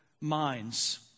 minds